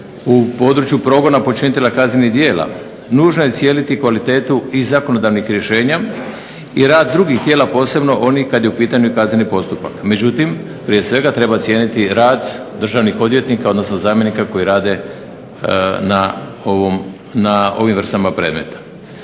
u području progona počinitelja kaznenih djela nužno je cijeniti kvalitetu i zakonodavnih rješenja i rad drugih tijela posebno onih kad je u pitanju kazneni postupak. Međutim, prije svega treba cijeniti rad državnih odvjetnika, odnosno zamjenika koji rade na ovim vrstama predmeta.